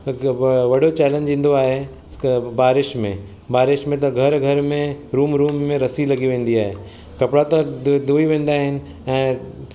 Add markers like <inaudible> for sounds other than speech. <unintelligible> वॾो चैलेंज ईंदो आहे त बारिश में बारिश में त घर घर में रूम रूम में रस्सी लगी वेंदी आहे कपिड़ा त धुई वेंदा आहिनि ऐं